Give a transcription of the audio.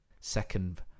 second